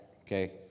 okay